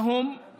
עם